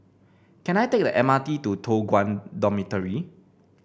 can I take the M R T to Toh Guan Dormitory